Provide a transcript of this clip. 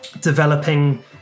developing